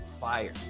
fire